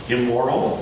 Immoral